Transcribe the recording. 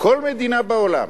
כל מדינה בעולם,